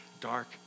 dark